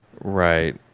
right